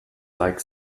like